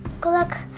good luck,